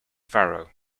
pharaoh